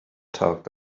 talked